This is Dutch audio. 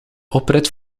oprit